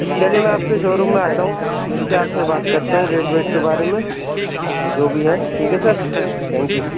چلیے میں آپ کے شو روم میں آتا ہوں مل کے آپ سے بات کرتا ہوں ریٹ ویٹ کے بارے میں جو بھی ہے ٹھیک ہے سر تھینک یو